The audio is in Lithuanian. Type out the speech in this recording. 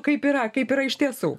kaip yra kaip yra iš tiesų